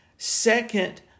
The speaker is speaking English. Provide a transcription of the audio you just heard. Second